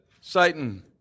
Satan